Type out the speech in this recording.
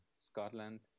Scotland